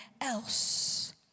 else